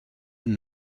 and